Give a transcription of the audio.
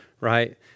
right